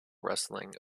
rustling